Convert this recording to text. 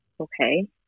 Okay